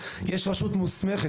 יש רשות מוסמכת.